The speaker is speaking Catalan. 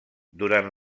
durant